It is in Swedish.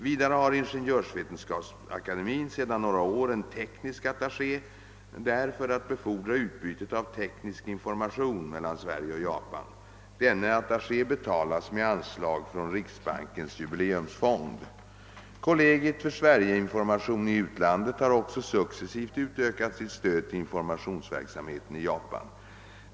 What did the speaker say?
Vidare har Ingeniörsvetenskapsakademien sedan några år en teknisk attaché där för att befordra utbytet av teknisk information mellan Sverige och Japan. Denna attaché betalas med anslag från riksbankens jubileumsfond. Kollegiet för Sverige-information i utlandet har också successivt utökat sitt stöd till informationsverksamheten i Japan.